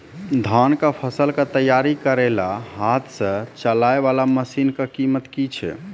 धान कऽ फसल कऽ तैयारी करेला हाथ सऽ चलाय वाला मसीन कऽ कीमत की छै?